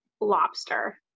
Lobster